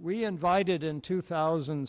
we invited in two thousand